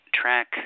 track